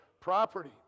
property